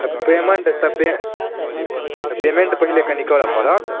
तऽ पेमेंट तऽ पे तऽ पेमेंट कनि पहिले करय पड़त